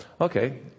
okay